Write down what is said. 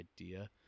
idea